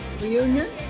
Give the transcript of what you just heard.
reunion